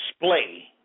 display